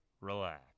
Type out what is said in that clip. Relax